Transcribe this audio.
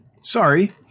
Sorry